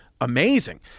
amazing